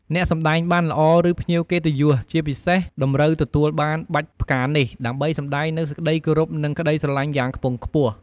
អ្នកសម្តែងបានល្អ ឬភ្ញៀវកិត្តិយសជាពិសេសតម្រូវទទួលបានបាច់ផ្កានេះ ដើម្បីសម្ដែងនូវសេចក្ដីគោរព និងក្តីស្រឡាញ់យ៉ាងខ្ពង់ខ្ពស់។